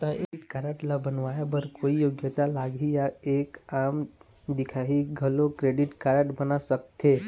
Credit card ला बनवाए बर कोई योग्यता लगही या एक आम दिखाही घलो क्रेडिट कारड बनवा सका थे?